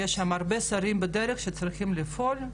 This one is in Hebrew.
יש שם הרבה שרים בדרך שצריכים לפעול,